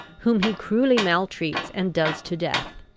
whom he cruelly maltreats and does to death.